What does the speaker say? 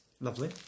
Lovely